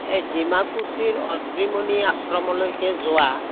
এই ডিমাকুছিৰ অত্ৰিমুণি আশ্ৰমলৈকে যোৱা